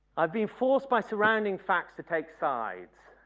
i've been forced by surrounding facts to take sides,